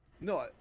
No